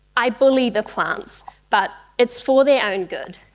i bully the plants but it's for their own good.